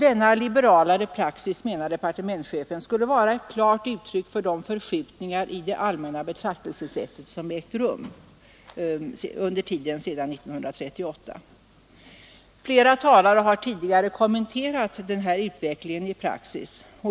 Denna liberalare praxis, menar departementschefen, skulle vara ett klart uttryck för de förskjutningar i det allmänna betraktelsesättet som ägt rum under tiden sedan 1938. Flera talare har tidigare kommenterat den här utvecklingen av praxis.